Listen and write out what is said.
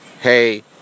hey